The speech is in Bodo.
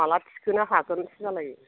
माब्ला थिखोनो हागोनसो जालायो